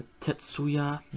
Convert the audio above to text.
Tetsuya